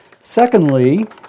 Secondly